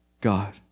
God